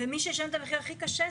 מי שישלם את המחיר הכי קשה,